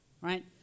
right